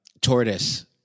tortoise